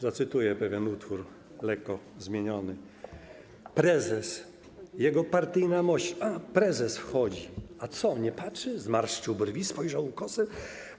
Zacytuję pewien utwór, lekko zmieniony: Prezes, jego partyjna mość, prezes wchodzi, a co nie patrzy - zmarszczył brwi, spojrzał ukosem.